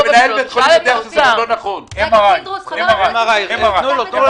אנחנו מכשירים אנשים וטכנאים ב-MRI שגם הם לא היו